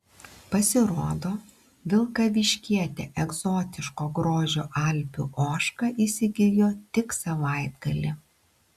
pasirodo vilkaviškietė egzotiško grožio alpių ožką įsigijo tik savaitgalį